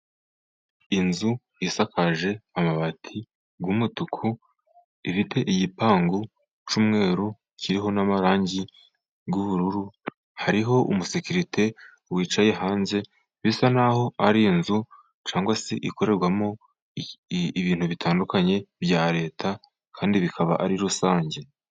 Inzu isakaje amabati y' umutuku, ifite igipangu cy' umweru kiriho n' amarangi y' ubururu, hariho umusekerite wicaye hanze bisa naho ari inzu cyangwa se ikorerwamo ibintu bitandukanye bya leta kandi bikaba ari rusange.